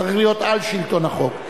צריך להיות "על שלטון החוק".